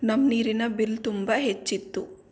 ನಮ್ಮ ನೀರಿನ ಬಿಲ್ ತುಂಬ ಹೆಚ್ಚಿತ್ತು